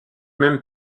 même